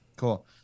Cool